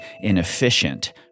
inefficient